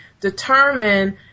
determine